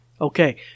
Okay